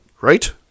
Right